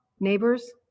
neighbors